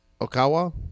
Okawa